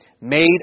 made